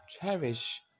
cherish